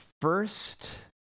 first